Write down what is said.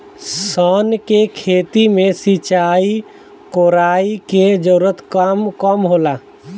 सन के खेती में सिंचाई, कोड़ाई के जरूरत कम होला